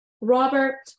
Robert